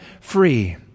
free